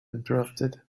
interrupted